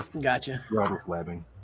Gotcha